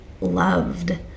loved